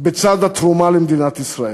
בצד התרומה למדינת ישראל.